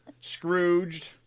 Scrooged